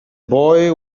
boy